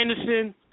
Anderson